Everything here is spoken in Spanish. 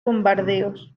bombardeos